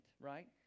right